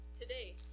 today